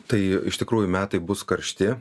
tai iš tikrųjų metai bus karšti